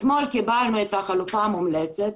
אתמול קיבלנו את החלופה המומלצת,